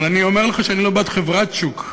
אבל אני אומר לך שאני לא בעד חברת שוק,